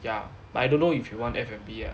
ya but I don't know if you want F&B ah